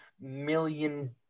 million